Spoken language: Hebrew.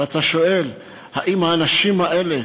ואתה שואל: האם האנשים האלה